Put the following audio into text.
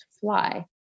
fly